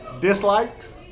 Dislikes